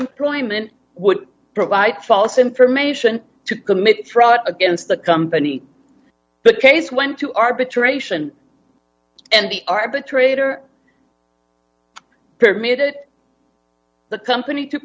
employment would provide false information to commit fraud against the company but case went to arbitration and the arbitrator permitted the company to